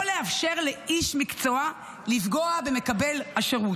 לאפשר לאיש מקצוע לפגוע במקבל השירות.